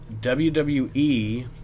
WWE